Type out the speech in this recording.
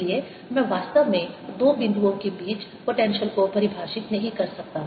इसलिए मैं वास्तव में दो बिंदुओं के बीच पोटेंशियल को परिभाषित नहीं कर सकता